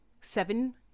seven